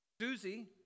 Susie